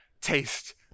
taste